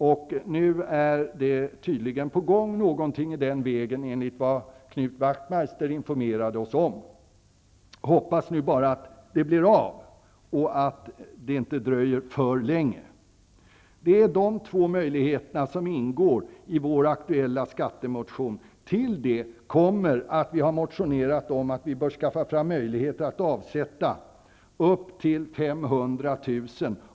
Enligt vad Knut Wachtmeister har informerat oss om är nu tydligen något sådant på gång. Jag hoppas att det blir av och att det inte dröjer för länge. Dessa två möjligheter ingår i vår aktuella skattemotion. Till detta kommer att vi också har motionerat om att det bör göras möjligt att avsätta upp till 500 000 kr.